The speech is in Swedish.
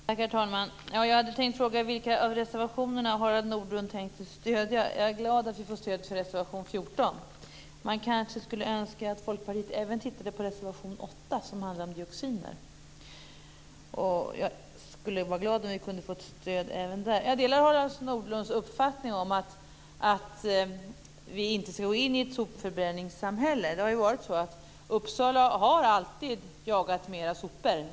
Herr talman! Jag hade tänkt att fråga vilken av reservationerna Harald Nordlund tänkte stödja. Jag är glad att vi får stöd för reservation 14. Man kanske kunde önska att Folkpartiet även tittade på reservation 8 som handlar om dioxiner. Jag skulle vara glad om vi kunde få stöd även där. Jag delar Harald Nordlunds uppfattning om att vi inte ska gå in i ett sopförbränningssamhälle. Uppsala har alltid jagat mer sopor.